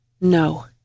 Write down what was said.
No